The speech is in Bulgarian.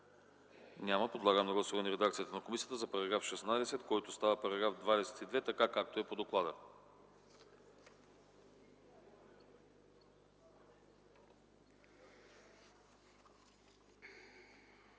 няма. Подлагам на гласуване редакцията на комисията за § 19, който става § 27, така както е по доклад.